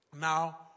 Now